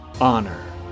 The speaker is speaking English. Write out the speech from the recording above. honor